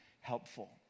helpful